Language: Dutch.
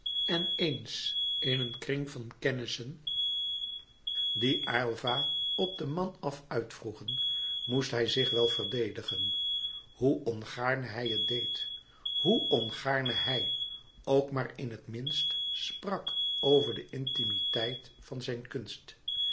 en eens in een kring van kennissen die aylva op den man af uitvroegen moest hij zich wel verdedigen hoe ongaarne hij het deed hoe ongaarne hij ook maar in het minst sprak over de intimiteit van zijn kunst